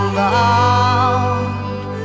bound